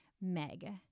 Meg